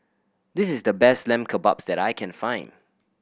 this is the best Lamb Kebabs that I can find